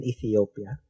Ethiopia